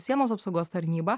sienos apsaugos tarnyba